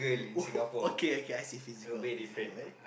oh okay okay I said physical physically